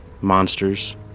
Monsters